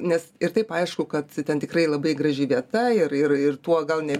nes ir taip aišku kad ten tikrai labai graži vieta ir ir ir tuo gal ne